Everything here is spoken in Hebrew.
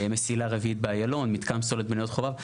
מסילה רביעית באיילון, מתקן פסולת בנאות חובב.